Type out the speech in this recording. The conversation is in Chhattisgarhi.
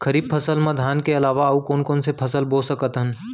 खरीफ फसल मा धान के अलावा अऊ कोन कोन से फसल बो सकत हन?